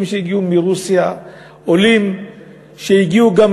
עולים שהגיעו מרוסיה,